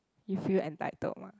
you feel entitled mah